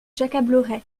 j’accablerais